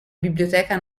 biblioteca